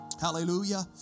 Hallelujah